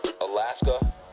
Alaska